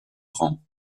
grand